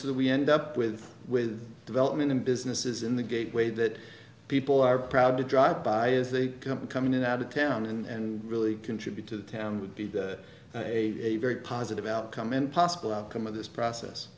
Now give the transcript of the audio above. so that we end up with with development and businesses in the gateway that people are proud to drive by as they come to come in and out of town and really contribute to the town would be a very positive outcome in possible outcome of this process